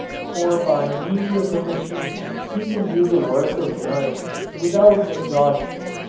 for by means of the machine he can do the work of giants without exhaustion.